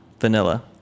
Vanilla